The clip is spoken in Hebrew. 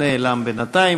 נעלם בינתיים.